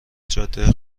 جاده